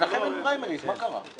לכם אין פריימריז, מה קרה?